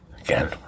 Again